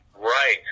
Right